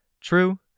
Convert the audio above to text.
True